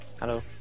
Hello